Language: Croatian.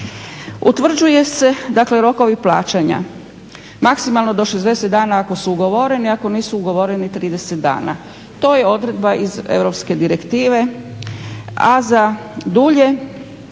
Utvrđuju se, dakle rokovi plaćanja, maksimalno do 60 dana ako su ugovoreni, ako nisu ugovoreni 30 dana. To je odredba iz europske direktive, a za dulje